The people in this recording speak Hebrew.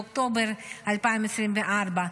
מאוקטובר 2024,